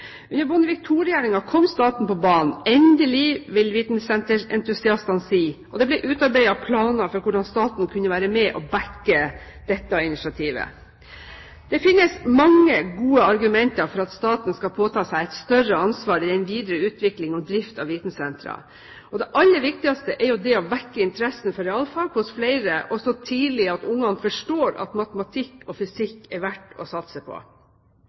Under Bondevik II-regjeringen kom staten på banen. Endelig, vil vitensenterentusiastene si, og det ble utarbeidet planer for hvordan staten kunne være med og bakke opp dette initiativet. Det finnes mange gode argumenter for at staten skal påta seg et større ansvar i den videre utvikling og drift av vitensentrene. Det aller viktigste er jo det å vekke interessen for realfag hos flere og så tidlig at ungene forstår at matematikk og fysikk er verdt å satse på.